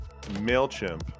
Mailchimp